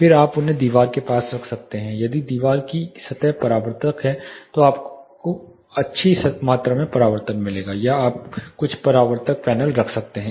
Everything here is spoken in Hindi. फिर आप उन्हें दीवार के पास रख सकते हैं यदि दीवार की सतह परावर्तक है तो आपको अच्छी मात्रा में परावर्तन मिलेगा या आप कुछ परावर्तक पैनल रख सकते हैं